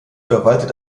verwaltet